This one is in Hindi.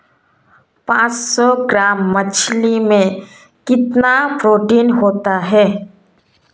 पांच सौ ग्राम मछली में कितना प्रोटीन होता है?